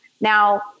Now